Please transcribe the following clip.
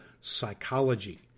psychology